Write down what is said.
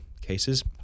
cases